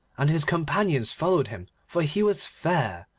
and his companions followed him, for he was fair,